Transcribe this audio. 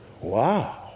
wow